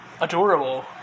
adorable